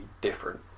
different